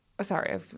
sorry